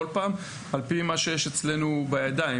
עוד פעם, על-פי מה שיש אצלנו בידיים.